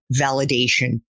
validation